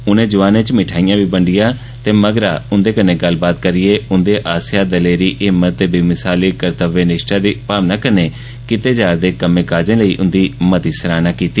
उनें जोआनें च मिठाईआं बी बंडियां ते उंदे कन्नै गल्लबात करिए उंदे आस्सेआ दलेरी हिम्मत ते बेमिसाल कर्तव्य निश्ठा दी भवना कन्नै कीते जा रदे कम्मे काजें लेई उंदी सराहना कीती